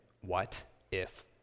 what-if